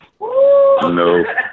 no